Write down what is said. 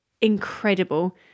incredible